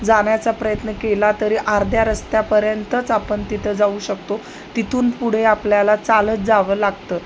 जाण्या्चा प्रयत्न केला तरी अर्ध्या रस्त्यापर्यंतच आपण तिथं जाऊ शकतो तिथून पुढे आपल्याला चालत जावं लागतं